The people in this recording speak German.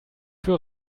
für